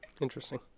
Interesting